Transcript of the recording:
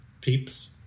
peeps